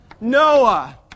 Noah